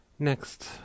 next